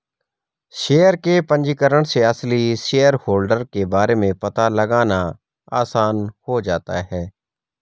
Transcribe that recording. share के पंजीकरण से असली शेयरहोल्डर के बारे में पता लगाना आसान हो जाता है